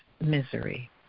misery